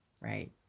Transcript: right